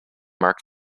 marked